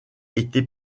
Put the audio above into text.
été